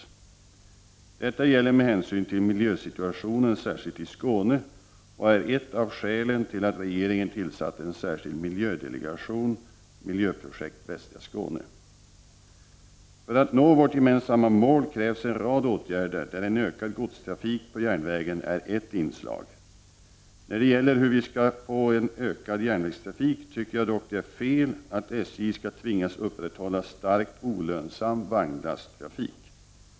Detta gäller med hänsyn till miljösituationen särskilt i Skåne och är ett av skälen till att regeringen tillsatt en särskild miljödelegation — Miljöprojekt Västra Skåne. För att nå vårt gemensamma mål krävs en rad åtgärder där en ökad godstrafik på järnvägen är ett inslag. När det gäller hur vi skall få en ökad järnvägstrafik tycker jag dock det är fel att SJ skall tvingas upprätthålla starkt olönsam vagnslasttrafik.